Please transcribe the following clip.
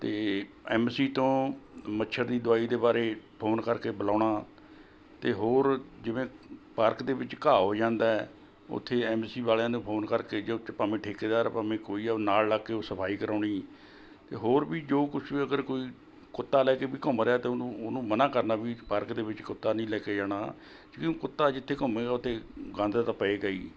ਅਤੇ M C ਤੋਂ ਮੱਛਰ ਦੀ ਦਵਾਈ ਦੇ ਬਾਰੇ ਫ਼ੋਨ ਕਰਕੇ ਬੁਲਾਉਣਾ ਅਤੇ ਹੋਰ ਜਿਵੇਂ ਪਾਰਕ ਦੇ ਵਿੱਚ ਘਾਹ ਹੋ ਜਾਂਦਾ ਉੱਥੇ ਐੱਮ ਸੀ ਵਾਲ਼ਿਆਂ ਨੂੰ ਫ਼ੋਨ ਕਰਕੇ ਕਿ ਉਸ 'ਚ ਭਾਵੇਂ ਠੇਕੇਦਾਰ ਆ ਭਾਵੇਂ ਕੋਈ ਆ ਉਹ ਨਾਲ਼ ਲੱਗ ਕੇ ਉਹ ਸਫ਼ਾਈ ਕਰਵਾਉਣੀ ਅਤੇ ਹੋਰ ਵੀ ਜੋ ਕੁਛ ਵੀ ਅਗਰ ਕੋਈ ਕੁੱਤਾ ਲੈ ਕੇ ਵੀ ਘੁੰਮ ਰਿਹਾ ਤਾਂ ਉਹਨੂੰ ਉਹਨੂੰ ਮਨਾ ਕਰਨਾ ਵੀ ਪਾਰਕ ਦੇ ਵਿੱਚ ਕੁੱਤਾ ਨਹੀਂ ਲੈ ਕੇ ਜਾਣਾ ਕਿਉਂਕਿ ਕੁੱਤਾ ਜਿੱਥੇ ਘੁੰਮੇਗਾ ਉੱਥੇ ਗੰਦ ਤਾਂ ਪਵੇਗਾ ਹੀ